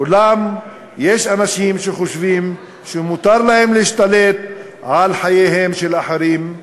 אולם יש אנשים שחושבים שמותר להם להשתלט על חייהם של אחרים.